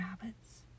rabbits